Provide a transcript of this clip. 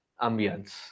ambience